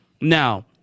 Now